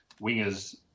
wingers